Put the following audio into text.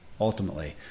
Ultimately